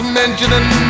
mentioning